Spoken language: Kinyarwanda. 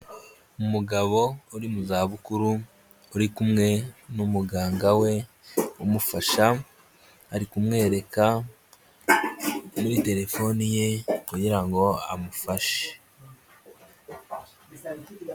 Umugabo uri mu zabukuru uri kumwe n'umuganga we umufasha, ari kumwereka kuri terefoni ye kugira ngo amufashe.